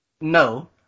No